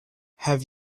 have